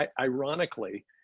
Ironically